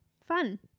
fun